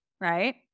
right